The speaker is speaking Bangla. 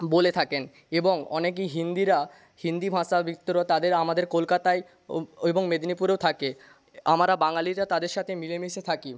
বলে থাকেন এবং অনেকেই হিন্দিরা হিন্দি ভাষা তাদের আমাদের কলকাতায় এবং মেদিনিপুরেও থাকে আমরা বাঙালিরা তাদের সাথে মিলেমিশে থাকি